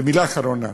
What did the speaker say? ומילה אחרונה: